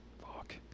fuck